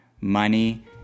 money